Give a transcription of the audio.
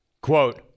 Quote